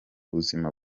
buzima